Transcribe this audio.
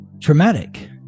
traumatic